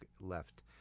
left